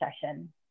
session